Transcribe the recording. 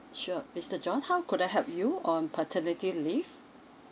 sure mister john how could I help you on paternity leave